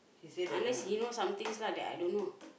unless he know some things lah that I don't know